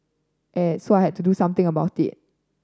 so I had to do something about it